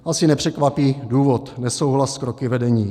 Asi nepřekvapí důvod nesouhlas s kroky vedení.